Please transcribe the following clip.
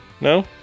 no